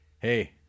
hey